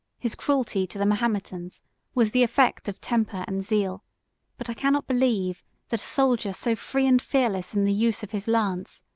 his cruelty to the mahometans was the effect of temper and zeal but i cannot believe that a soldier, so free and fearless in the use of his lance,